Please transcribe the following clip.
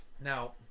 Now